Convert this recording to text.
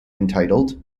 entitled